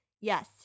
Yes